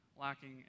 lacking